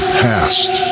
past